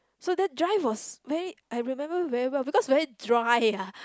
so that drive was very I remember very well because very dry ah